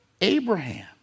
Abraham